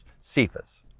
Cephas